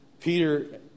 Peter